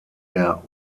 der